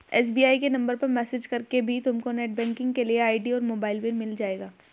SBI के number पर message करके भी तुमको नेटबैंकिंग के लिए आई.डी और मोबाइल पिन मिल जाएगा